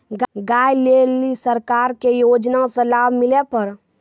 गाय ले ली सरकार के योजना से लाभ मिला पर?